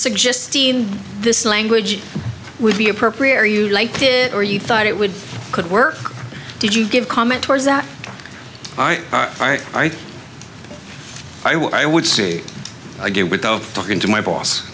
suggesting this language would be appropriate for you liked it or you thought it would could work did you give comment towards that i i i would i would say again without talking to my boss